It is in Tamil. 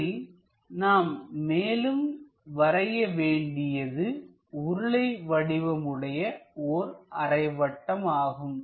இதில் நாம் மேலும் வரைய வேண்டியது உருளை வடிவமுடைய ஓர் அரை வட்டம் ஆகும்